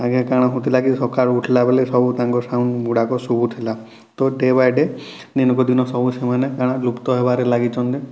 ଆଗେ କାଣା ହେଉଥିଲା କି ସକାଳୁ ଉଠ୍ଲା ବେଲେ ସବୁ ତାଙ୍କର୍ ସାଉଣ୍ଡ ଗୁଡ଼ାକ ଶୁଭୁଥିଲା ତ ଡେ ବାଏ ଡେ ଦିନକୁ ଦିନ୍ ସବୁ ସେମାନେ ଲୁପ୍ତ ହେବାରେ ଲାଗିଛନ୍ତି